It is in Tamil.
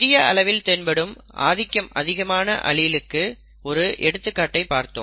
சிறிய அளவில் தென்படும் ஆதிக்கம் அதிகமான அலீலுக்கு ஒரு எடுத்துக்காட்டை பார்த்திருக்கிறோம்